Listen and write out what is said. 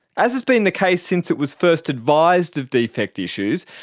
as has been the case since it was first advised of defect issues,